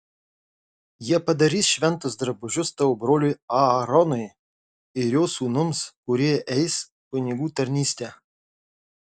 jie padarys šventus drabužius tavo broliui aaronui ir jo sūnums kurie eis kunigų tarnystę